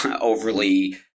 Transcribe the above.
overly